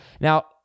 Now